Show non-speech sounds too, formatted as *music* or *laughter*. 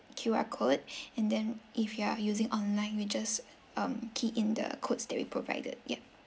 Q_R code *breath* and then if you are using online we just um key in the codes that we provided yeah